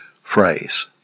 phrase